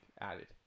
added